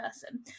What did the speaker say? person